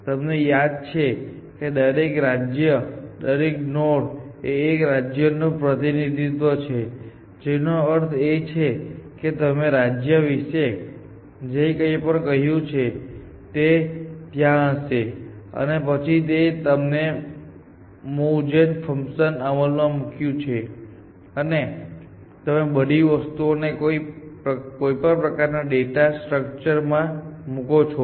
તમને યાદ છે કે દરેક રાજ્ય દરેક નોડ એ એક રાજ્યનું પ્રતિનિધિત્વ છે જેનો અર્થ એ છે કે તમે રાજ્ય વિશે જે કંઈ પણ કહ્યું છે તે ત્યાં હશે અને પછી તમે મૂવજેન ફંક્શન અમલમાં મૂક્યું છે અને તમે તે બધી વસ્તુઓ ને કોઈ પ્રકારના ડેટા સ્ટ્રક્ચર માં મૂકો છો